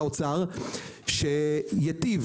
לאוצר שייטיב